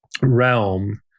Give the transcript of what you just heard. realm